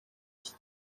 iki